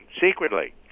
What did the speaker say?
secretly